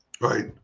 Right